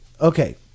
Okay